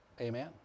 Amen